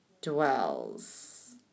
dwells